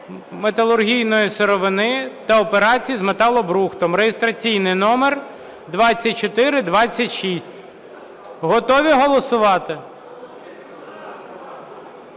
металургійної сировини та операцій з металобрухтом) (реєстраційний номер 2426). Готові голосувати?